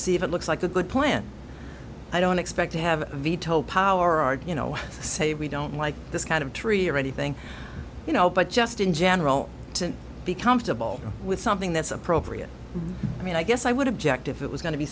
see if it looks like a good plan i don't expect to have veto power are you know say we don't like this kind of tree or anything you know but just in general to be comfortable with something that's appropriate i mean i guess i would object if it was going to be